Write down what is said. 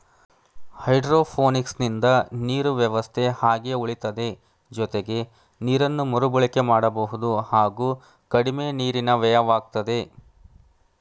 ಹೈಡ್ರೋಪೋನಿಕ್ಸಿಂದ ನೀರು ವ್ಯವಸ್ಥೆ ಹಾಗೆ ಉಳಿತದೆ ಜೊತೆಗೆ ನೀರನ್ನು ಮರುಬಳಕೆ ಮಾಡಬಹುದು ಹಾಗೂ ಕಡಿಮೆ ನೀರಿನ ವ್ಯಯವಾಗ್ತದೆ